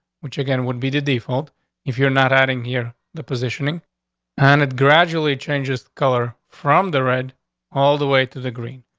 which again would be the default if you're not adding here, the positioning and it gradually changes color from the red all the way to the green.